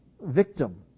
victim